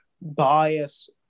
bias